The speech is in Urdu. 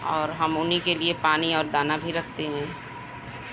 اور ہم انہیں کے لئے پانی اور دانہ بھی رکھتے ہیں